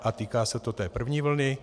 A týká se to té první vlny.